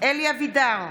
אלי אבידר,